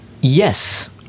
Yes